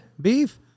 beef